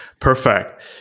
Perfect